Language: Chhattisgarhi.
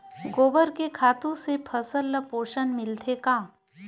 गोबर के खातु से फसल ल पोषण मिलथे का?